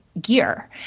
gear